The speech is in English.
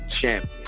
champion